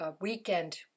weekend